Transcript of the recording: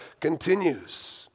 continues